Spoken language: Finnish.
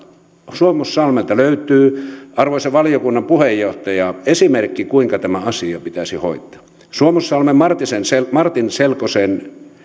suomussalmelta löytyy arvoisa valiokunnan puheenjohtaja esimerkki kuinka tämä asia pitäisi hoitaa suomussalmen martinselkosen martinselkosen